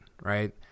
right